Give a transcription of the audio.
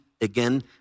again